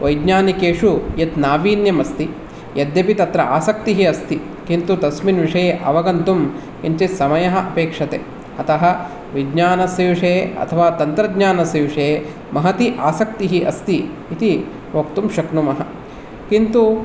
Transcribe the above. वैज्ञानिकेषु यत् नावीन्यम् अस्ति यद्यपि तत्र आसक्तिः अस्ति किन्तु तस्मिन् विषये अवगन्तुं किञ्चित् समयः अपेक्षते अतः विज्ञानस्य विषये अथवा तन्त्रज्ञानस्य विषये महती आसक्तिः अस्ति इति वक्तुं शक्नुमः किन्तु